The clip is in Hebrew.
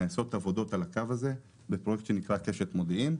נעשות עבודות על הקו הזה בפרויקט שנקרא "קשת מודיעין",